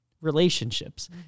relationships